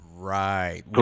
Right